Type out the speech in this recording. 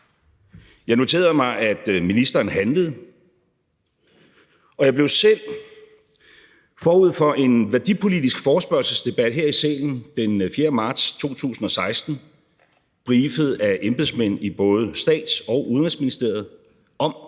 Jeg noterede mig, at ministeren handlede. Og jeg blev selv forud for en værdipolitisk forespørgselsdebat her i salen den 4. marts 2016 briefet af embedsmænd i både Statsministeriet og Udenrigsministeriet om